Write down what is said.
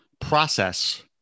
process